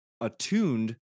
attuned